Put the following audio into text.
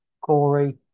Corey